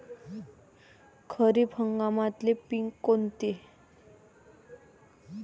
खरीप हंगामातले पिकं कोनते?